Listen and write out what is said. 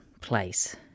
place